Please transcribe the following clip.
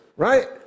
Right